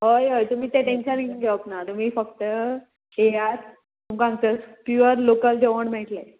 हय हय तुमी ते टेंशन घेवप ना तुमी फक्त येयात तुमकां हांगच प्युअर लोकल जेवण मेळटले